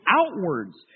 outwards